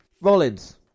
Rollins